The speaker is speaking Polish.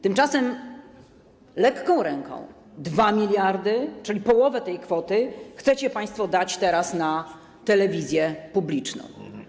Tymczasem lekką ręką 2 mld, czyli połowę tej kwoty, chcecie państwo dać teraz na telewizję publiczną.